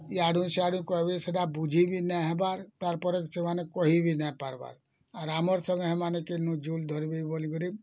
ୟାଡ଼ୁ ସାଡ଼ୁ କହିବେ ସେଇଟା ବୁଝିକି ନାଇଁ ହବାର୍ ତାର୍ ପରେ ସେମାନେ କହିବି ନାଇଁ ପାରବାର୍ ଆର୍ ଆମର୍ ସାଙ୍ଗେ ହେମାନେ କେଣୁ ଜୁଲ୍ ଧରବେ ବୋଲି କରି